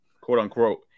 quote-unquote